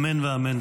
אמן ואמן.